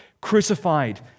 crucified